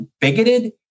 bigoted